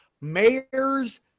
mayors